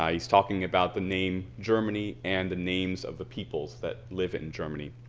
ah he's talking about the name germany and the names of the peoples that live in germany.